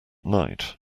night